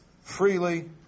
freely